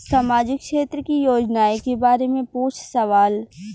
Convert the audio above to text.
सामाजिक क्षेत्र की योजनाए के बारे में पूछ सवाल?